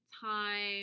time